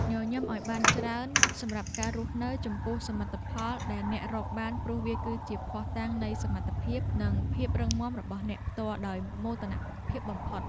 ញញឹមឱ្យបានច្រើនសម្រាប់ការរស់នៅចំពោះសមិទ្ធផលដែលអ្នករកបានព្រោះវាគឺជាភស្តុតាងនៃសមត្ថភាពនិងភាពរឹងមាំរបស់អ្នកផ្ទាល់ដោយមោទនភាពបំផុត។